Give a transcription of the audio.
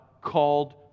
called